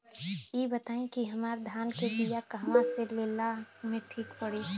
इ बताईं की हमरा धान के बिया कहवा से लेला मे ठीक पड़ी?